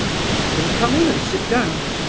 let them come in and sit down.